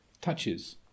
touches